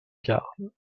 gardes